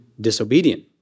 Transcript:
disobedient